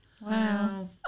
Wow